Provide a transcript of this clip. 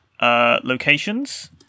Locations